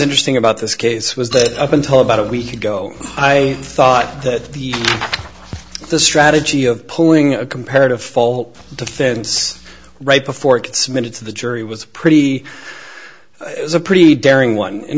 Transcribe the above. interesting about this case was that up until about a week ago i thought that the the strategy of pulling a comparative fault defense right before it submitted to the jury was pretty it was a pretty daring one and